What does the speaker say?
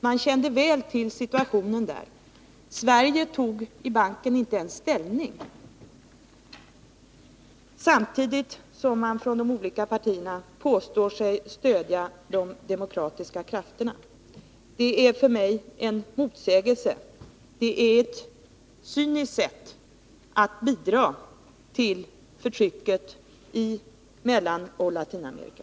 Man kände väl till situationen i El Salvador. Sverige tog inte ens ställning till frågan, samtidigt som man från de olika partierna påstår sig stödja de demokratiska krafterna. Det är för mig en motsägelse. Det är cyniskt att på det sättet bidra till förtrycket i Mellanoch Latinamerika.